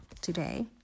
today